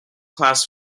class